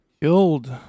Killed